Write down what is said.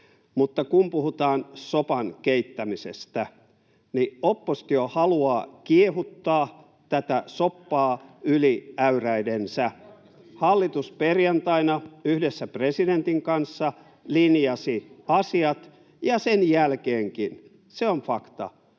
mutta kun puhutaan sopan keittämisestä, niin oppositio haluaa kiehuttaa tätä soppaa yli äyräidensä. [Kimmo Kiljusen välihuuto] Hallitus perjantaina yhdessä presidentin kanssa linjasi asiat, ja sen jälkeenkin — se on fakta